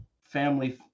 family